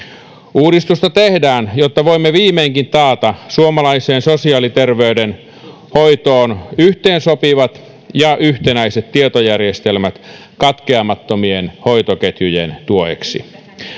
uudistusta tehdään jotta voimme viimeinkin taata suomalaiseen sosiaali ja terveydenhoitoon yhteensopivat ja yhtenäiset tietojärjestelmät katkeamattomien hoitoketjujen tueksi